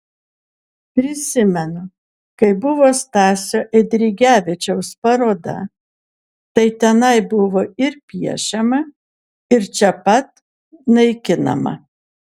prisimenu kai buvo stasio eidrigevičiaus paroda tai tenai buvo ir piešiama ir čia pat naikinama